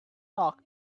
dog